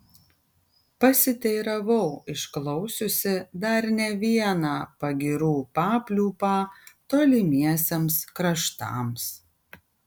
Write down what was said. pasiteiravau išklausiusi dar ne vieną pagyrų papliūpą tolimiesiems kraštams